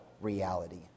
reality